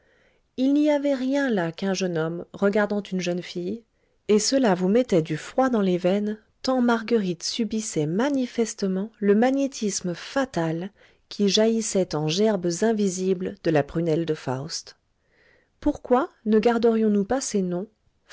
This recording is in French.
il n'y avait rien là qu'un jeune homme regardant une jeune fille et cela vous mettait du froid dans les veines tant marguerite subissait manifestement le magnétisme fatal qui jaillissait en gerbes invisibles de la prunelle de faust pourquoi ne garderions nous pas ces noms